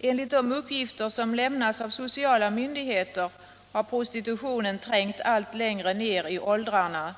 Enligt de uppgifter som lämnats av sociala myndigheter har prostitutionen trängt allt längre ner i åldrarna,